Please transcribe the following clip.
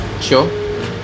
Sure